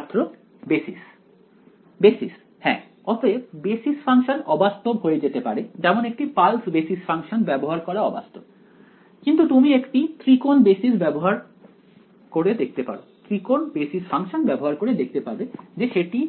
ছাত্র basis basis হ্যাঁ অতএব বেসিস ফাংশন অবাস্তব হয়ে যেতে পারে যেমন একটি পালস বেসিস ফাংশন ব্যবহার করা অবাস্তব কিন্তু তুমি একটি ত্রিকোণ বেসিস ফাংশন ব্যবহার করে দেখতে পাবে যে সেটি